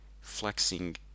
flexing